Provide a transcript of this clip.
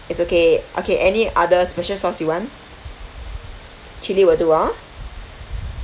it's okay okay any other special sauce you want chilli will do orh